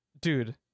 dude